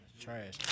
Trash